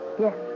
Yes